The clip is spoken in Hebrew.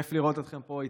כיף לראות אתכם פה איתנו.